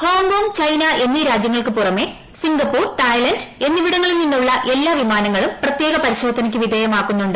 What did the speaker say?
Hong Kong China എസ്സ് രാജ്യങ്ങൾക്കു പുറമേ സിംഗപ്പൂർതായ്ലൻഡ് എന്നിവിടങ്ങളിൽ ണീണ്ടുള്ള എല്ലാ വിമാനങ്ങളും പ്രത്യേക പരിശോധനയ്ക്ക് വിധേയമാക്കുന്നുണ്ട്